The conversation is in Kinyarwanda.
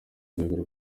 urwego